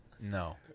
No